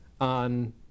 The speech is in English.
on